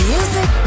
Music